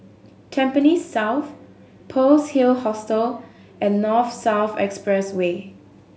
Tampines South Pearl's Hill Hostel and North South Expressway